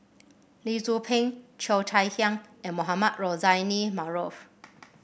Lee Tzu Pheng Cheo Chai Hiang and Mohamed Rozani Maarof